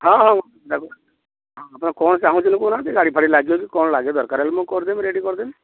ହଁ ହଉ ତାକୁ ଆପଣ କ'ଣ ଚାହୁଁଛନ୍ତି କହୁନାହାଁନ୍ତି ଗାଡ଼ି ଫାଡ଼ି ଲାଗିବ କି କ'ଣ ଲାଗିବ ଦରକାର ହେଲେ ମୁଁ କରିଦେବି ରେଡ଼ି କରିଦେବି